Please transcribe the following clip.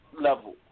level